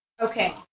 Okay